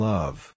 Love